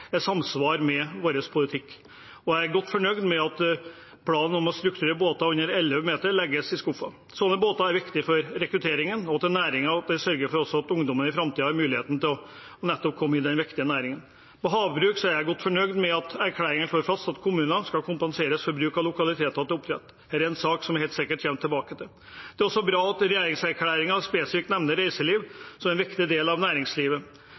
samsvar med vår politikk i større grad. Jeg er godt fornøyd med at planen om å strukturere båter under 11 meter legges i skuffen. Sånne båter er viktige for rekrutteringen og næringen, og de sørger også for at ungdommen i framtiden har mulighet til å komme inn i den viktige næringen. Når det gjelder havbruk, er jeg godt fornøyd med at erklæringen slår fast at kommunene skal kompenseres for bruk av lokaliteter til oppdrett. Dette er en sak som vi helt sikkert kommer tilbake til. Det er også bra at regjeringserklæringen spesifikt nevner reiseliv som en viktig del av næringslivet.